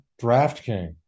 DraftKings